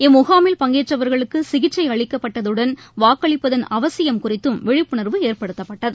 இம்முகாமில் பங்கேற்றவர்களுக்கு சிகிச்சை அளிக்கப்பட்டதுடன் வாக்களிப்பதன் அவசியம் குறித்தம் விழிப்புணர்வு ஏற்படுத்தப்பட்டது